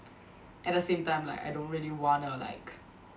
at the same time like I don't really wanna like